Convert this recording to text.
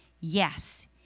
Yes